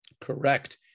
Correct